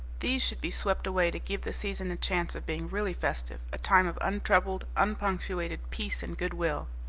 these should be swept away to give the season a chance of being really festive, a time of untroubled, unpunctuated peace and good will.